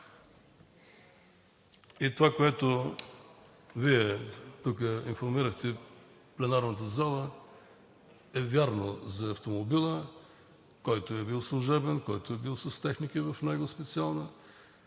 И това, което Вие тук информирахте пленарната зала, е вярно – за автомобила, който е бил служебен, който е бил със специална